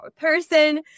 person